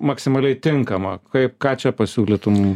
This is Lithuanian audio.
maksimaliai tinkamą kaip ką čia pasiūlytum